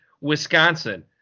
Wisconsin